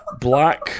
Black